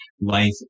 life